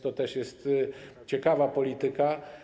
To też jest ciekawa polityka.